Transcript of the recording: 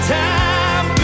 time